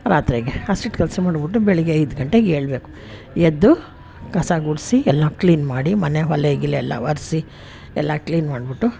ರಾತ್ರಿಗೆ ಹಸಿಟ್ಟು ಕಲಸಿ ಮಡಗಿಬಿಟ್ಟು ಬೆಳಗ್ಗೆ ಐದು ಗಂಟೆಗೆ ಏಳಬೇಕು ಎದ್ದು ಕಸ ಗುಡಿಸಿ ಎಲ್ಲ ಕ್ಲೀನ್ ಮಾಡಿ ಮನೆ ಒಲೆ ಗಿಲೆ ಎಲ್ಲ ಒರೆಸಿ ಎಲ್ಲ ಕ್ಲೀನ್ ಮಾಡಿಬಿಟ್ಟು